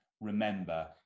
remember